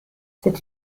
c’est